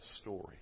story